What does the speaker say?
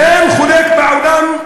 אין חולק בעולם,